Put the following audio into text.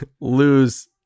lose